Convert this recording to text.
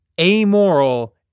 amoral